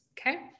okay